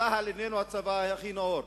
צה"ל איננו הצבא הכי נאור.